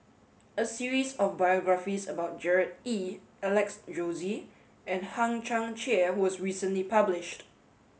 a series of biographies about Gerard Ee Alex Josey and Hang Chang Chieh was recently published